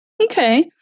Okay